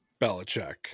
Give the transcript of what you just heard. Belichick